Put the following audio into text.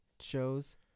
shows